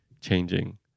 changing